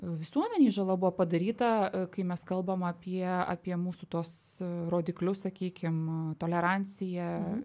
visuomenei žala buvo padaryta kai mes kalbam apie apie mūsų tuos rodiklius sakykim tolerancija